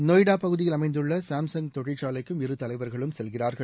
நொய்டா பகுதியில் அமைந்துள்ள சாம்சங்க் தொழிற்சாலைக்கும் இருதலைவர்களும் செல்கிறார்கள்